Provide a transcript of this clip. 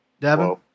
Devin